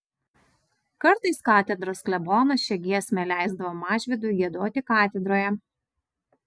kartais katedros klebonas šią giesmę leisdavo mažvydui giedoti katedroje